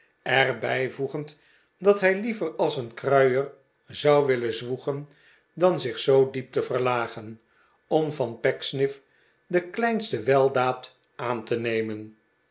er bijvoegend dat hij liever als een kruier zou willen zwoegen dan zich zoo diep te verlagen om van pecksniff de kleinste weldaad aan te nemen